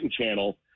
Channel